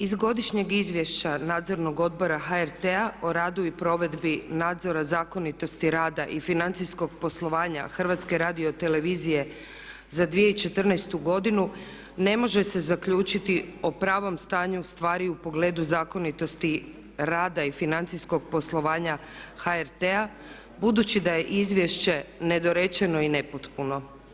Iz godišnjeg izvješća Nadzornog odbora HRT-a o radu i provedbi nadzora zakonitosti rada i financijskog poslovanja Hrvatske radiotelevizije za 2014. godinu ne može se zaključiti o pravom stanju stvari u pogledu zakonitosti rada i financijskog poslovanja HRT-a budući da je izvješće nedorečeno i nepotpuno.